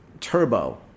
turbo